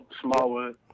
Smallwood